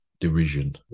derision